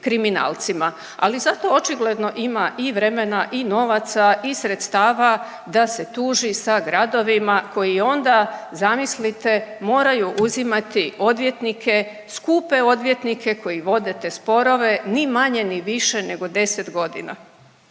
ali zato očigledno ima i vremena i novaca i sredstava da se tuži sa gradovima koji onda zamislite, moraju uzimati odvjetnike, skupe odvjetnike koji vode te sporove ni manje ni više nego 10 godina.